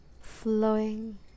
flowing